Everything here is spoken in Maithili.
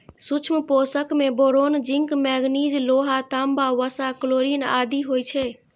सूक्ष्म पोषक मे बोरोन, जिंक, मैगनीज, लोहा, तांबा, वसा, क्लोरिन आदि होइ छै